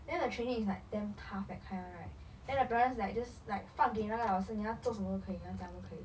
then the training is like damn tough that kind [one] right then the parents like just like 放给那个老师你要做什么都可以你要怎样都可以